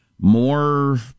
More